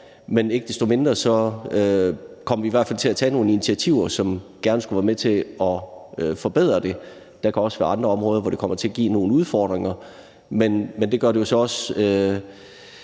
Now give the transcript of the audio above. Men ikke desto mindre kommer vi i hvert fald til at tage nogle initiativer, som gerne skulle være med til at forbedre det. Der kan også være andre områder, hvor det kommer til at give nogle udfordringer, men det gør det jo så også